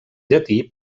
llatí